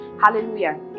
Hallelujah